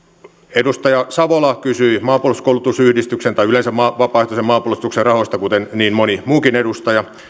edustaja savola kysyi maanpuolustuskoulutusyhdistyksen tai yleensä vapaaehtoisen maanpuolustuksen rahoista kuten niin moni muukin edustaja